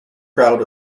crowd